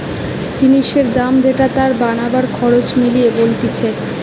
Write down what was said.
জিনিসের দাম যেটা তার বানাবার খরচ মিলিয়ে বলতিছে